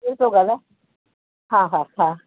केरु थो ॻाल्हाए हा हा हा